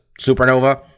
supernova